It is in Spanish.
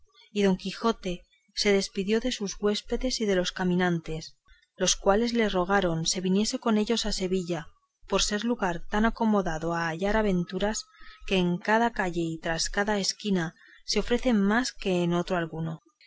y don quijote se despidió de sus huéspedes y de los caminantes los cuales le rogaron se viniese con ellos a sevilla por ser lugar tan acomodado a hallar aventuras que en cada calle y tras cada esquina se ofrecen más que en otro alguno